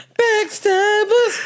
Backstabbers